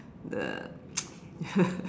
the